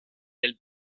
del